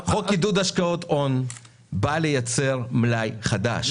חוק עידוד השקעות הון בא לייצר מלאי חדש.